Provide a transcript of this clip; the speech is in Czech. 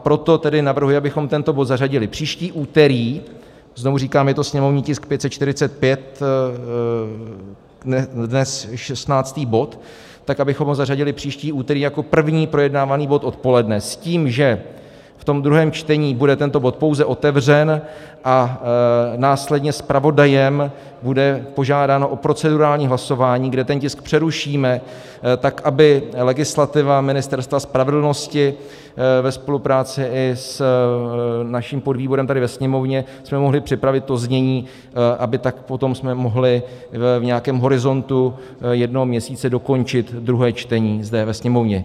Proto tedy navrhuji, abychom tento bod zařadili příští úterý znovu říkám, je to sněmovní tisk 545, dnes 16. bod abychom ho zařadili příští úterý jako první projednávaný bod odpoledne s tím, že ve druhém čtení bude tento bod pouze otevřen a následně zpravodajem bude požádáno o procedurální hlasování, kde ten tisk přerušíme, tak aby legislativa Ministerstva spravedlnosti ve spolupráci i s naším podvýborem tady ve Sněmovně, abychom mohli připravit to znění, abychom potom mohli v nějakém horizontu jednoho měsíce dokončit druhé čtení zde ve Sněmovně.